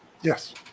yes